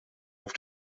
auf